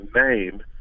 name